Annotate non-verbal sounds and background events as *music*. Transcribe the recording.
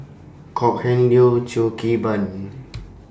Kok Heng Leun Cheo Kim Ban *noise*